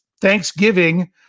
Thanksgiving